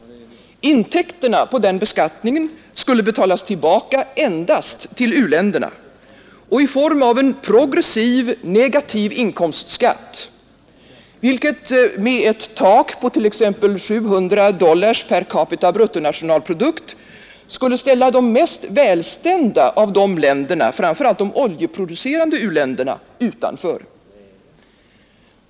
Intäkterna på den beskattningen skulle betalas tillbaka endast till u-länderna och i form av en progressiv negativ inkomstskatt, vilket med ett tak på t.ex. 700 dollar per capita BNP skulle ställa de mest välställda av dem, framför allt de oljeproducerande u-länderna, utanför.